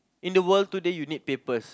in the world today you need papers